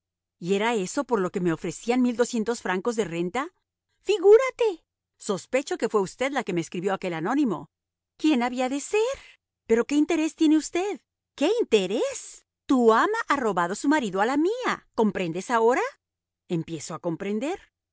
y era por eso por lo que me ofrecían francos de renta figúrate sospecho que fue usted la que me escribió aquel anónimo quién había de ser pero qué interés tiene usted qué interés tu ama ha robado su marido a la mía comprendes ahora empiezo a comprender